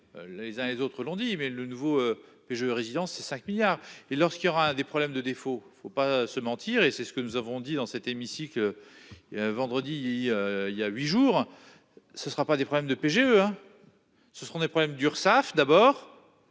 Les uns les autres l'ont dit, mais le nouveau puis je résidence c'est 5 milliards et lorsqu'il y aura un des problèmes de défaut, il ne faut pas se mentir et c'est ce que nous avons dit, dans cet hémicycle. Vendredi. Il y a 8 jours. Ce sera pas des problèmes de PGE hein. Ce, ce qu'on est problème d'Urssaf d'abord.